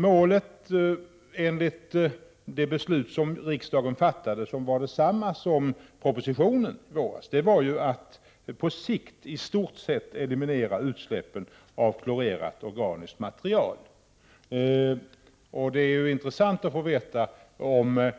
Målet — enligt det beslut som riksdagen fattade och som överensstämde med propositionens förslag från i våras — var ju att på sikt i stort sett eliminera utsläppen av klorerat organiskt material. Det vore intressant att få veta om